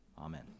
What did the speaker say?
Amen